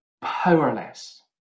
powerless